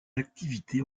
activités